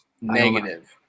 Negative